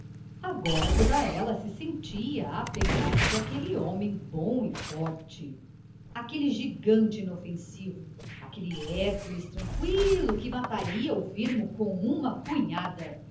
agora toda ela se sentia apegar se àquele homem bom e forte àquele gigante inofensivo àquele hércules tranqüilo que mataria o firmo com uma punhada